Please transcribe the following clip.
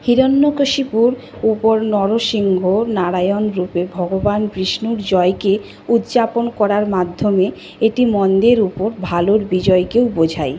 হিরণ্যকশিপুর ওপর নরসিংহ নারায়ণরূপে ভগবান বিষ্ণুর জয়কে উদযাপন করার মাধ্যমে এটি মন্দের উপর ভালোর বিজয়কেও বোঝায়